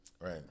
Right